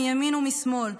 מימין ומשמאל,